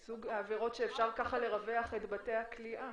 כדוגמה לסוג עבירות שאפשר לרווח כך את בתי הכליאה.